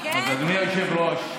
אז אדוני היושב-ראש,